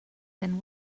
then